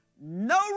No